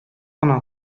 кына